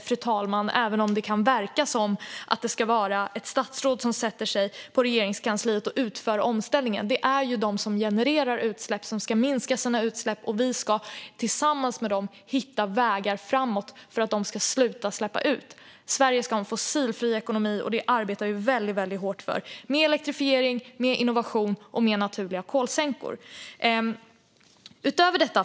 Det är inte ett statsråd på Regeringskansliet som utför omställningen, utan det är de som genererar utsläpp som ska minska sina utsläpp. Tillsammans med dem ska vi hitta vägar framåt så att de ska sluta släppa ut. Sverige ska ha en fossilfri ekonomi, och det arbetar vi hårt för med elektrifiering, innovation och naturliga kolsänkor. Fru talman!